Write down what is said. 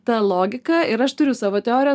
ta logika ir aš turiu savo teoriją